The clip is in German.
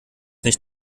nicht